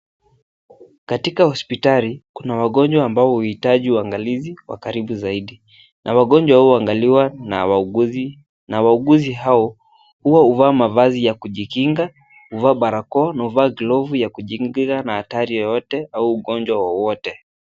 Katika hospitali, kuna wagonjwa ambao huhitaji uangalizi wa karibu zaidi na wagonjwa huangaliwa na wauguzi, na wauguzi hao huwa huvaa mavazi ya kujikinga, huvaa barakoa na huvaa glovu ya kujikinga na hatari yoyote au ugonjwa wowote.